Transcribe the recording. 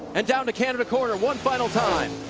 and down the canada corner one final time.